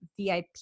VIP